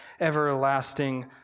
everlasting